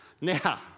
now